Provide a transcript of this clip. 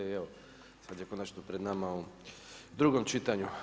I evo, sada je konačno pred nama u drugom čitanju.